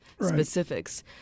specifics